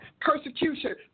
Persecution